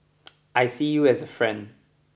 I see you as a friend